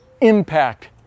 impact